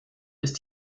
ist